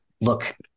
look